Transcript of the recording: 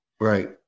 Right